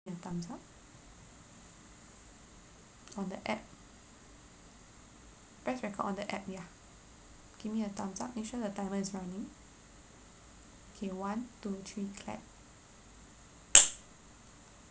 your thumbs up on the app press record on the app yeah give me a thumbs up make sure the timer is running okay one two three clap